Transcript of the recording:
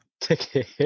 ticket